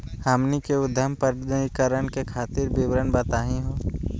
हमनी के उद्यम पंजीकरण करे खातीर विवरण बताही हो?